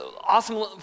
awesome